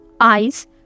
eyes